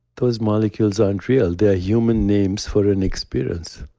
those molecules aren't real. they're human names for an experience.